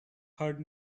heard